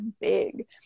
big